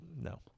no